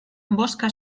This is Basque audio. bozka